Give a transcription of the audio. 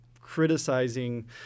criticizing